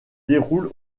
déroule